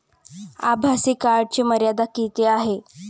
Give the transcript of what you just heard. आभासी कार्डची मर्यादा किती आहे?